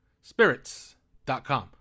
spirits.com